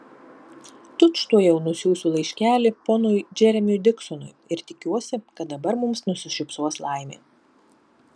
tučtuojau nusiųsiu laiškelį ponui džeremiui diksonui ir tikiuosi kad dabar mums nusišypsos laimė